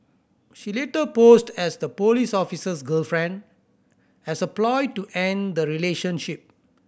she later posed as the police officer's girlfriend as a ploy to end the relationship